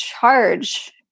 charge